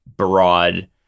broad